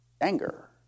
Anger